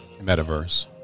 metaverse